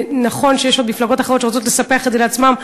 נכון שיש עוד מפלגות אחרות שרוצות לספח את זה לעצמן,